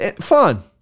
Fun